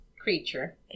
creature